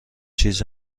چیز